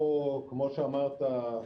אבל כמו שאמרת,